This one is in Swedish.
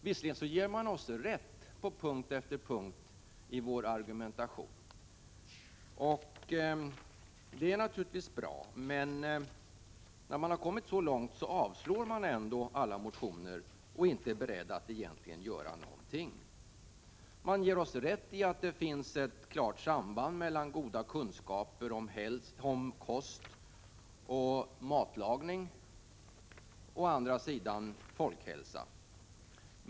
Visserligen ger man oss rätt på punkt efter punkt i vår argumentation, vilket naturligtvis är bra, men när man kommit så långt avstyrker man ändå alla motioner och är inte beredd att egentligen göra någonting. Man ger oss rätt i att det finns ett klart samband mellan å ena sidan goda kunskaper om kost och matlagning och å andra sidan folkhälsan.